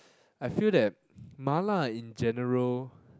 I feel that Mala in general